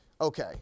okay